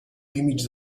límits